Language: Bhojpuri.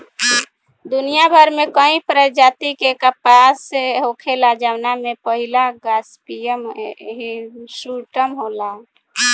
दुनियाभर में कई प्रजाति के कपास होखेला जवना में पहिला गॉसिपियम हिर्सुटम होला